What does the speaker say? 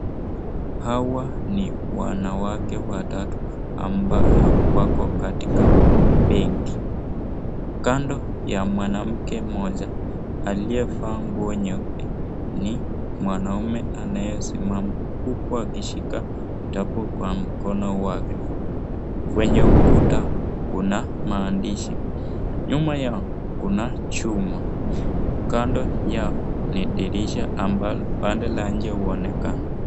Hawa ni wanawake watatu ambao wako katika benki. Kando ya mwanamke mmoja, aliyevaa nguo nyeupe ni mwanaume anayesimama huku akishika vitabu kwa mkono wake. Kwenye ukuta kuna maandishi , nyuma yao kuna chuma kando yao ni dirisha ambayo pande la nje huonekana